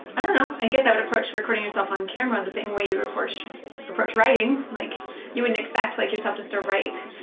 i guess i'd approach recording yourself off on camera the same way you approach approach writing like you wouldn't exactly like yourself just to write